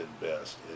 best